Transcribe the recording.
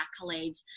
accolades